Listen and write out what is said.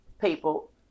people